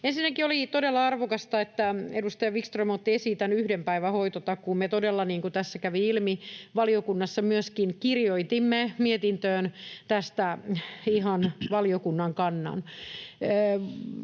Ensinnäkin oli todella arvokasta, että edustaja Wickström otti esiin tämän yhden päivän hoitotakuun. Me todella, niin kuin tässä kävi ilmi, valiokunnassa myöskin kirjoitimme mietintöön tästä ihan valiokunnan kannan.